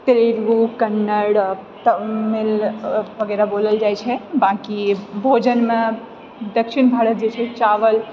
तेलगु कन्नड तमिल वगैरह बोलल जाइ छै बाँकि भोजनमे दक्षिण भारत जे छै चावल